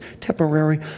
temporary